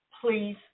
please